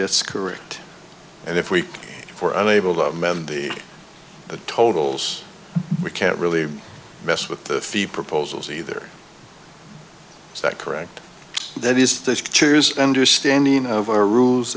that's correct and if we are for unable to amend the totals we can't really mess with the fee proposals either is that correct that is the cheers understanding of our rules